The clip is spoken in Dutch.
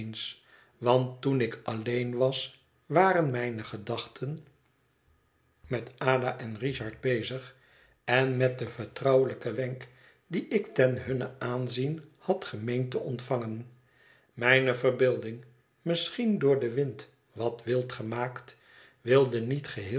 want toen ik alleen was waren mijne gedachten met ada en richard bezig en met den vertrouwelij ken wenk dien ik ten hunnen aanzien had gemeend te ontvangen mijne verbeelding misschien door den wind wat wild gemaakt wilde niet geheel